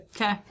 Okay